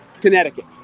Connecticut